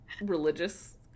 religious